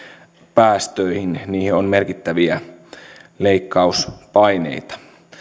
päästöihin niihin on merkittäviä leikkauspaineita